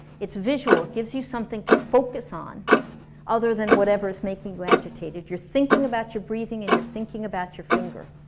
it's visual, it gives you something to focus on other than whatever's making you agitated, you're thinking about your breathing and you're thinking about your finger